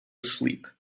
asleep